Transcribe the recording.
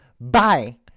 Bye